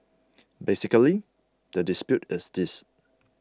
basically the dispute is this